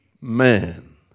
man